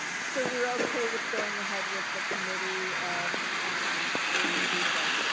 so we're okay with going ahead with the committee of three people.